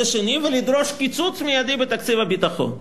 השני ולדרוש קיצוץ מיידי בתקציב הביטחון.